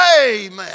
Amen